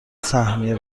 سهمیه